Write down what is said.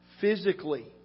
physically